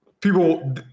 people